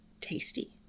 tasty